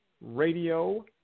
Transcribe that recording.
Radio